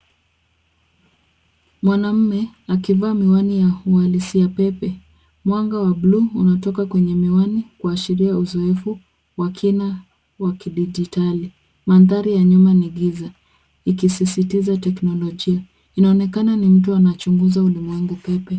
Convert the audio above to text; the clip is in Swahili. Mwanamme akivaa miwani ya uhalisia pepe mwanga wa buluu unatoka kwenye miwani kuashiria uzoefu wa kina wa kidijitali. Mandhari ya nyuma ni giza ikisisitiza teknolojia. Inaonekana ni mtu anachunguza ulimwengu pepe.